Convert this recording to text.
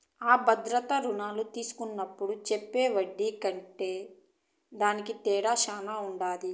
అ భద్రతా రుణాలు తీస్కున్నప్పుడు చెప్పే ఒడ్డీకి కట్టేదానికి తేడా శాన ఉంటది